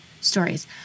stories